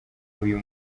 uyu